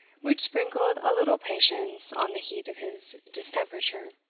which sprinkled a little patience on the heat of his distemperature.